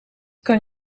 kan